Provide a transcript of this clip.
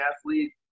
athlete